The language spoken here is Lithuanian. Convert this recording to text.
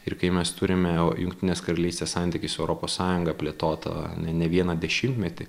ir kai mes turime jungtinės karalystės santykį su europos sąjunga plėtotą ne ne vieną dešimtmetį